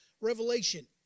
revelation